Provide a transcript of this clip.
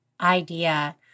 idea